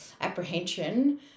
apprehension